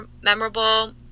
memorable